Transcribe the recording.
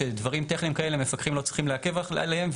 שדברים טכניים כאלה מפקחים לא צריכים לעכב עליהם,